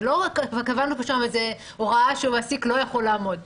זה לא שקבענו איזו הוראה שהמעסיק לא יכול לעמוד בה.